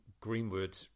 Greenwood